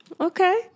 Okay